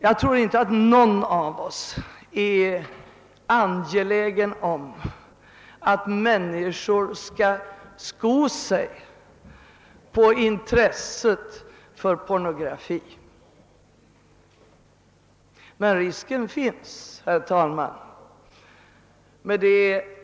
Jag tror inte att någon av oss är angelägen om att människor skall kunna sko sig på intresset för pornografi.